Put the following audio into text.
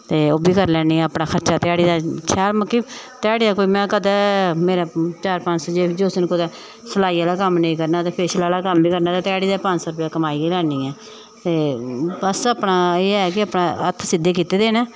ते ओह् बी करी लैन्नी आं अपना खर्चा ध्याड़ी दा शैल मतलब कि ध्याड़ी दा मतलब कोई कदें मेरा चार पंज सौ जिसलै कुदै सलाई आह्ला कम्म नेईं करना होऐ ते फेशल आह्ला गै कम्म ते ध्याड़ी दा पंज सौ रपेआ कमाई गै लैन्नी आं ते बस अपना एह् ऐ कि अपने हत्थ सिद्धे कीते दे न